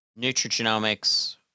nutrigenomics